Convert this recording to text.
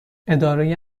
اداره